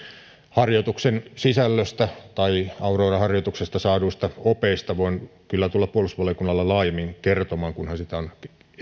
harjoituksen sisällöstä tai aurora harjoituksesta saaduista opeista voin kyllä tulla puolustusvaliokunnalle laajemmin kertomaan kunhan sitä on